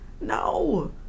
No